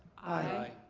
aye.